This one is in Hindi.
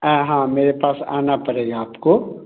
आ हाँ मेरे पास आना पड़ेगा आपको